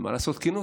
למה לעשות כינוס?